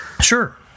Sure